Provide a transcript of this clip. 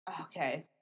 Okay